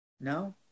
No